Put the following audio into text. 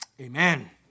Amen